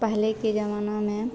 पहले के ज़माना में